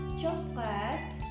chocolate